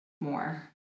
more